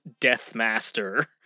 Deathmaster